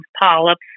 polyps